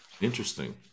Interesting